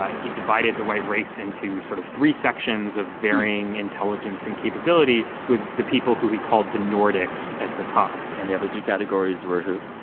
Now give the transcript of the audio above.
ah he divided the white race into sort of three sections of varying intelligence and capability, with the people who he called the nordics at the top and the other two categories were who?